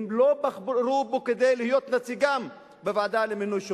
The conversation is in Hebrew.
הם לא בחרו בו כדי להיות נציגם בוועדה למינוי שופטים,